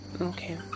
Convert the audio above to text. okay